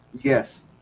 Yes